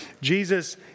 Jesus